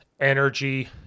energy